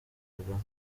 kagame